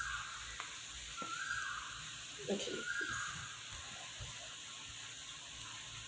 okay